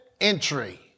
entry